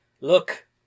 Look